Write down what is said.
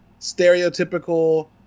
stereotypical